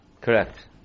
Correct